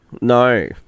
No